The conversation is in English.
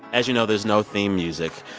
as you know, there's no theme music.